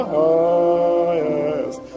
highest